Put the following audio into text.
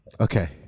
Okay